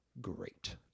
great